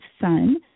son